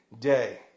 day